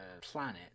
planet